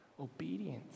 Obedience